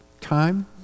time